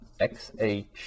xh